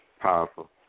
Powerful